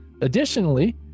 Additionally